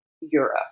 Europe